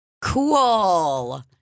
Cool